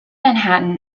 manhattan